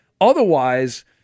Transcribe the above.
Otherwise